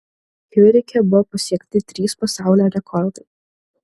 ciuriche buvo pasiekti trys pasaulio rekordai